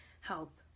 help